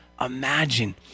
imagine